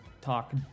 talk